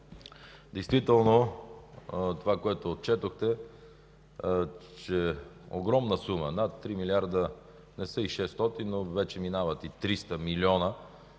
Действително това, което отчетохте, е че огромна сума – над 3 милиарда – не са и 600, но вече минават и 300 млн.